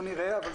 שמייבאים.